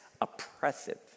oppressive